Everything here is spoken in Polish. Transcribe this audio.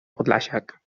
podlasiak